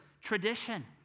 tradition